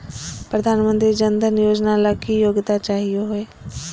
प्रधानमंत्री जन धन योजना ला की योग्यता चाहियो हे?